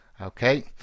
Okay